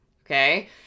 okay